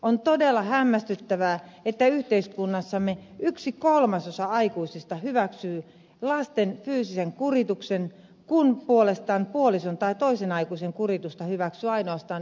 on todella hämmästyttävää että yhteiskunnassamme yksi kolmasosa aikuisista hyväksyy lasten fyysisen kurituksen kun puolestaan puolison tai toisen aikuisen kurituksen hyväksyy ainoastaan yksi prosentti